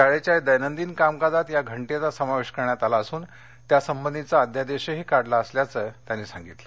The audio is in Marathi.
शाळेच्या दैनंदिनकामकाजात या घंटेचा समावेश करण्यात आला असून त्यासंबंधीचा अध्यादेशही काढलाअसल्याचं त्यांनी सांगितलं